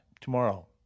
tomorrow